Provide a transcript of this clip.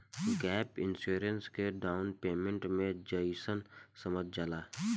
gap insurance के down payment के जइसन समझल जाला